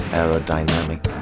aerodynamic